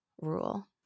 rule